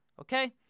Okay